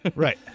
right.